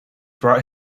brought